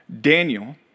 Daniel